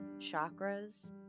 chakras